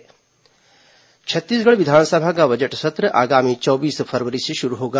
छग विस बजट सत्र छत्तीसगढ़ विधानसभा का बजट सत्र आगामी चौबीस फरवरी से शुरू होगा